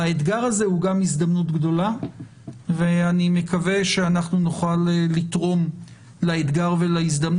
האתגר הזה הוא הזדמנות גדולה ואני מקווה שנוכל לתרום בעזרת